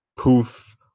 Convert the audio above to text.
poof